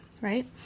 right